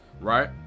right